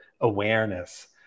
awareness